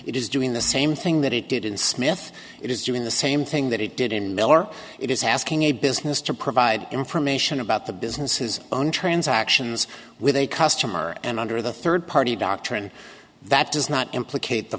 it is doing the same thing that it did in smith it is doing the same thing that it did in miller it is asking a business to provide information about the business his own transactions with a customer and under the third party doctrine that does not implicate the